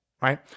Right